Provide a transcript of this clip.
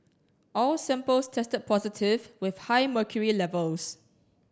all samples tested positive with high mercury levels